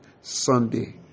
Sunday